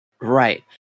right